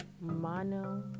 Mono